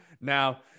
Now